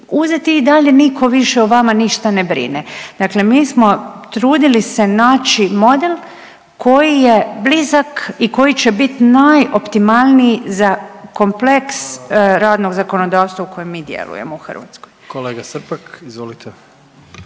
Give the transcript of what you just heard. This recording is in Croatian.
uzeti i dalje nitko više o vama ništa ne brine. Dakle, mi smo trudili se naći model koji je blizak i koji će biti najoptimalniji za kompleks radnog zakonodavstva u kojem mi djelujemo u Hrvatskoj. **Jandroković,